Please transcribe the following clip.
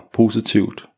positivt